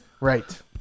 right